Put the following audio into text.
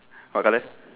what colour